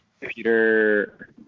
Peter